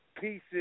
pieces